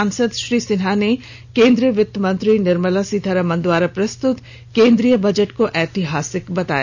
सांसद श्री सिन्हा ने केंद्रीय वित्त मंत्री निर्मला सीतारमण द्वारा प्रस्तुत केंद्रीय बजट को ऐतिहासिक बताया